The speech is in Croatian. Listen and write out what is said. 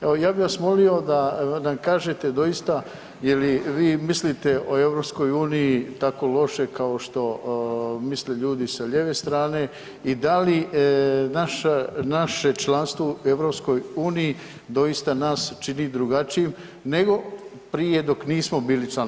Evo, ja bi vas molio da nam kažete doista je li vi mislite o EU tako loše kao što misle ljudi sa lijeve strane i da li naša, naše članstvo u EU doista nas čini drugačijim nego prije dok nismo bili članovi EU?